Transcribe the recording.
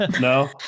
No